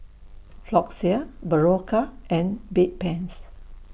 Floxia Berocca and Bedpans